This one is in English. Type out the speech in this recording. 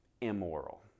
immoral